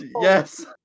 Yes